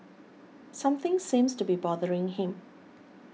something seems to be bothering him